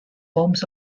poems